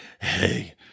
hey